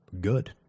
good